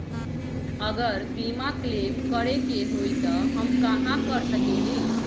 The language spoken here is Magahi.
अगर बीमा क्लेम करे के होई त हम कहा कर सकेली?